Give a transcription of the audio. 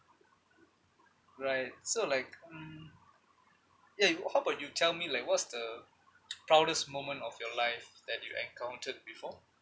right so like mm ya you how about you tell me like what's the proudest moment of your life that you encountered before